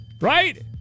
right